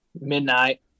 midnight